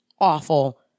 awful